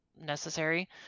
necessary